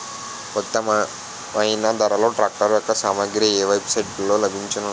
ఉత్తమమైన ధరలో ట్రాక్టర్ యెక్క సామాగ్రి ఏ వెబ్ సైట్ లో లభించును?